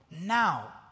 now